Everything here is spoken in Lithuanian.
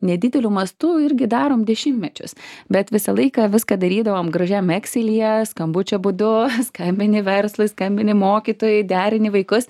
nedideliu mastu irgi darom dešimtmečius bet visą laiką viską darydavom gražiam ekselyje skambučio būdu skambini verslui skambini mokytojai derini vaikus